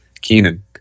Keenan